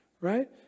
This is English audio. Right